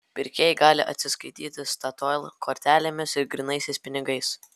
pirkėjai gali atsiskaityti statoil kortelėmis ir grynaisiais pinigais